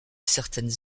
certaines